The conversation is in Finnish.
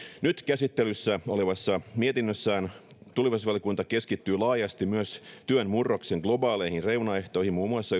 nyt käsittelyssä olevassa mietinnössään tulevaisuusvaliokunta keskittyi laajasti myös työn murroksen globaaleihin reunaehtoihin muun muassa